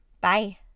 Bye